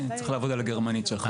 אתה צריך לעבוד על הגרמנית שלך.